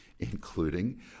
including